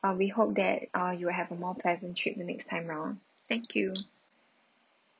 uh we hope that ah you will have a more pleasant trip the next time round thank you